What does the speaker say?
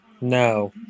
No